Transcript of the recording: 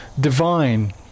divine